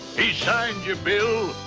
he signed your bill.